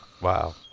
Wow